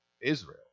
Israel